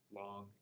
long